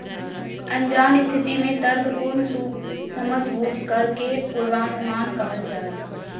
अनजान स्थिति में तर्कपूर्ण समझबूझ करे के पूर्वानुमान कहल जा हइ